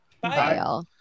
Bye